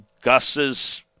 Gus's